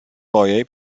mojej